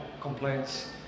complaints